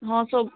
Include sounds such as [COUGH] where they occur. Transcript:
ହଁ [UNINTELLIGIBLE]